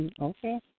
Okay